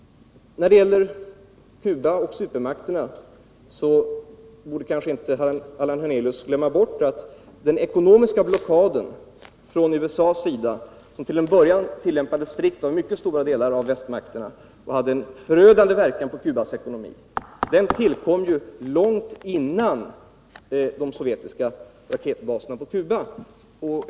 När det gäller Cuba och supermakterna borde Allan Hernelius inte glömma bort att den ekonomiska blockaden från USA:s sida, som till en början tillämpades strikt av mycket stora delar av västmakterna och som hade en förödande verkan på Cubas ekonomi, tillkom långt före de sovjetiska raketbaserna på Cuba.